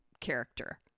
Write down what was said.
character